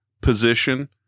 position